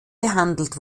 behandelt